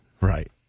Right